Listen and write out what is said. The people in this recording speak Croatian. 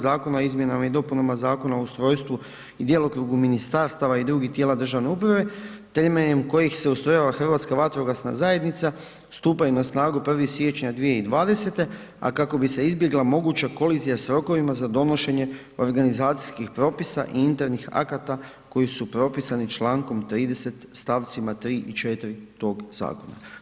Zakona o izmjenama i dopunama Zakona o ustrojstvu i djelokrugu ministarstava i drugih tijela državne uprave temeljem kojih se ustrojava Hrvatska vatrogasna zajednica, stupaju na snagu 1. siječnja 2020., a kako bi se izbjegla moguća kolizija s rokovima za donošenje organizacijskih propisa i internih akata koji su propisani čl. 30. st. 3. i 4. tog zakona.